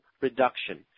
reduction